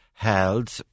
held